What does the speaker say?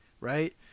Right